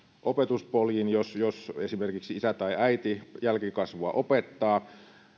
opetuspoljin silloinkin jos esimerkiksi isä tai äiti jälkikasvuaan opettaa